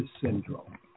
syndrome